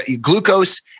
glucose